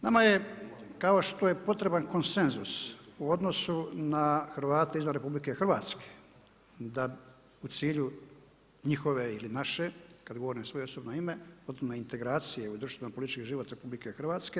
Nama je kao što je potreban konsenzus u odnosu na Hrvate izvan RH u cilju njihove ili naše, kada govorim u svoje osobno ime, potpune integracije u društveno politički život RH.